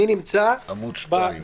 אני נמצא בעמ' 2,